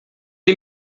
sie